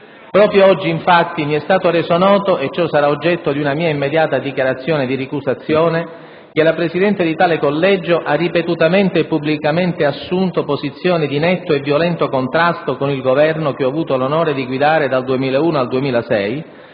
Proprio oggi, infatti, mi è stato reso noto, e ciò sarà oggetto di una mia immediata dichiarazione di ricusazione, che la presidente di tale collegio ha ripetutamente e pubblicamente assunto posizioni di netto e violento contrasto con il Governo che ho avuto l'onore di guidare dal 2001 al 2006,